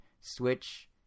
Switch